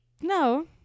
No